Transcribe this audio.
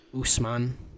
Usman